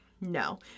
No